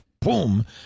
boom